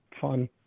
Fun